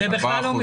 ארבעה אחוז.